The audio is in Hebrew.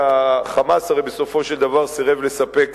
כשה"חמאס" הרי בסופו של דבר סירב לספק